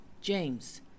James